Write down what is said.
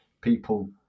people